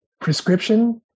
prescription